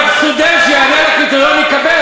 אבל יש 21%. אבל סטודנט שיענה על הקריטריון יקבל,